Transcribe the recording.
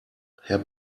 herr